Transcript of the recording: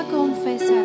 confess